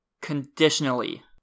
conditionally